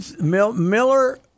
Miller